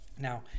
Now